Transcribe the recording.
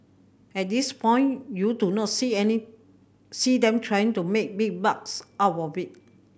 at this point you do not see any see them trying to make big bucks out of it